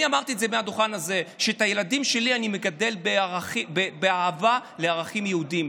אני אמרתי מהדוכן הזה שאת הילדים שלי אני מגדל באהבה לערכים היהודיים.